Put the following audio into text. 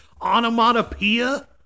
onomatopoeia